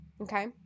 Okay